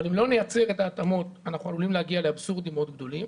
אבל אם לא נייצר את ההתאמות אנחנו עלולים להגיע לאבסורדים מאוד גדולים.